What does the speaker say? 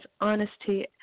honesty